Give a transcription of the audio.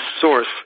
source